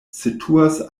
situas